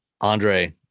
Andre